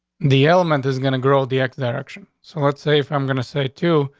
the element is gonna grow the x direction. so let's say if i'm going to say to,